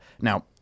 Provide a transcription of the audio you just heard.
now